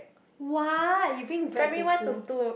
what you bring bread to school